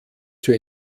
zur